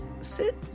Sit